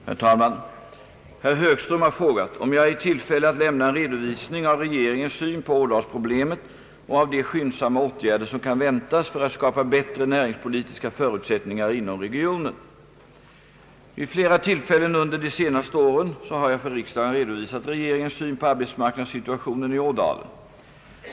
Herr talman! Herr Högström har frågat om jag är i tillfälle att lämna en redovisning av regeringens syn på Ådalsproblemet och av de skyndsamma åtgärder som kan väntas för att skapa bättre näringspolitiska förutsättningar inom regionen. Vid flera tillfällen under de senaste åren har jag för riksdagen redovisat regeringens syn på arbetsmarknadssituationen i Ådalen.